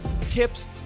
tips